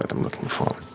i'm looking for,